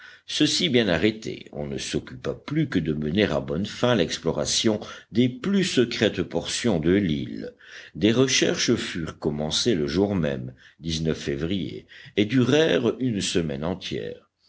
ceci bien arrêté on ne s'occupa plus que de mener à bonne fin l'exploration des plus secrètes portions de l'île des recherches furent commencées le jour même février et durèrent une semaine entière